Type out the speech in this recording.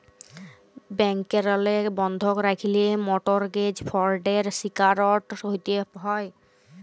ব্যাংকেরলে বন্ধক রাখল্যে মরটগেজ ফরডের শিকারট হ্যতে হ্যয়